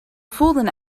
voelden